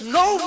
no